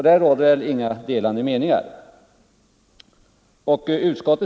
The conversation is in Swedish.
Därom råder alltså inga delade meningar.